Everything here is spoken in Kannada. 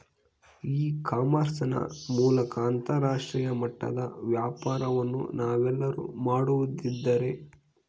ಇ ಕಾಮರ್ಸ್ ನ ಮೂಲಕ ಅಂತರಾಷ್ಟ್ರೇಯ ಮಟ್ಟದ ವ್ಯಾಪಾರವನ್ನು ನಾವೆಲ್ಲರೂ ಮಾಡುವುದೆಂದರೆ?